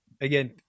again